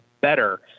better